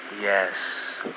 Yes